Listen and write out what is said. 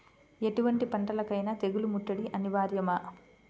ఎటువంటి పంటలకైన తెగులు ముట్టడి అనివార్యమా?